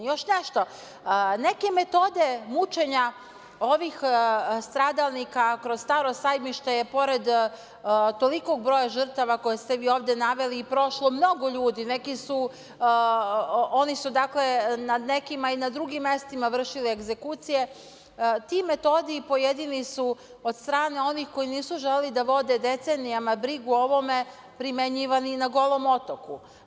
Još nešto, neke metode mučenja ovih stradalnika kroz „Staro Sajmište“ je pored tolikog broja žrtava koje ste vi ovde naveli, prošlo mnogo ljudi, oni su nad nekima i na drugim mestima vršili egzekucije, ti metodi i pojedini su od strane onih koji nisu želeli da vode decenijama brigu o ovome primenjivani i na Golom otoku.